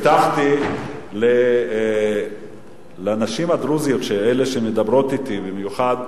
הבטחתי לנשים הדרוזיות, אלה שמדברות אתי במיוחד,